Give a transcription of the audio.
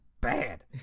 bad